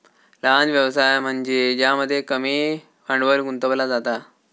लहान व्यवसाय म्हनज्ये ज्यामध्ये कमी भांडवल गुंतवला जाता